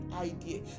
idea